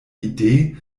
idee